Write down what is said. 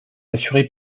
assuré